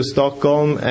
Stockholm